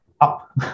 up